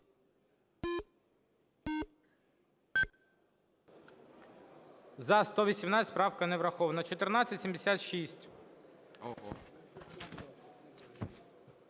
За-118 Правка не врахована. 1476.